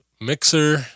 mixer